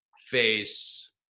face